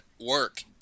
work